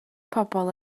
pobl